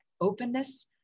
openness